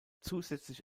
zusätzlich